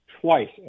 twice